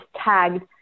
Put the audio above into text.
tagged